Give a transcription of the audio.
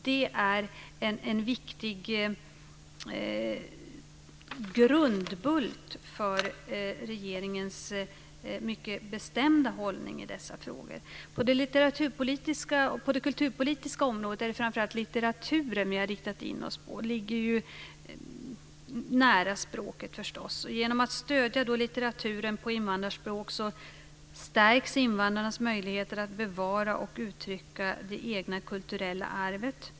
Det är en viktig grundbult för regeringens mycket bestämda hållning i dessa frågor. På det kulturpolitiska området är det framför allt litteraturen som vi har riktat in oss på. Det ligger ju nära språket förstås. Genom att stödja litteraturen på invandrarspråk stärks invandrarnas möjligheter att bevara och uttrycka det egna kulturella arvet.